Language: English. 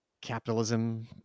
capitalism